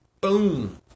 Boom